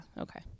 okay